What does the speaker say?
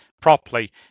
properly